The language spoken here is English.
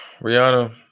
Rihanna